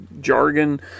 jargon